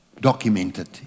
documented